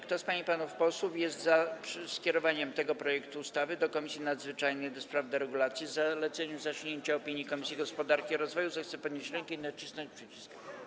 Kto z pań i panów posłów jest za skierowaniem tego projektu ustawy do Komisji Nadzwyczajnej do spraw deregulacji, z zaleceniem zasięgnięcia opinii Komisji Gospodarki i Rozwoju, zechce podnieść rękę i nacisnąć przycisk.